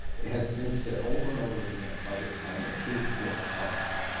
has been said over and over again, by the time a case gets filed,